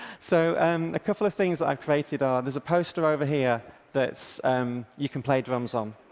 so um a couple of things i've created are, there's a poster over here that um you can play drums on.